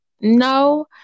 no